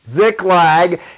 ziklag